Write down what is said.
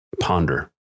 ponder